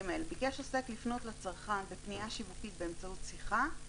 (ג)ביקש עוסק לפנות לצרכן בפניה שיווקית באמצעות שיחה,